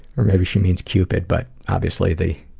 maybe she means cupid, but obviously the,